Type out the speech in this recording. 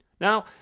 Now